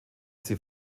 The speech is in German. sie